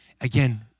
Again